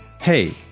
Hey